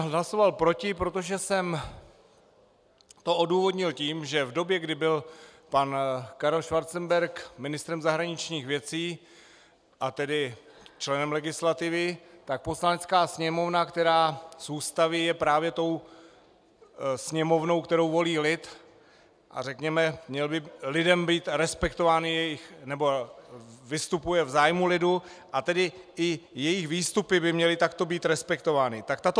Hlasoval jsem proti, protože jsem to odůvodnil tím, že v době, kdy byl pan Karel Schwarzenberg ministrem zahraničních věcí, a tedy členem legislativy, tak Poslanecká sněmovna která z Ústavy je právě tou sněmovnou, kterou volí lid, a řekněme, měl by lidem být respektovaný, nebo vystupuje v zájmu lidu, a tedy i jejich výstupy by měly takto být respektovány tak tato